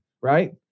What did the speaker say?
right